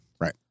right